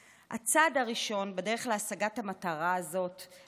הצעד הראשון בדרך להשגת המטרה הזאת להפוך